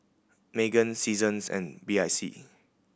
Megan Seasons and B I C